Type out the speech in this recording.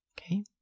Okay